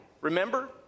Remember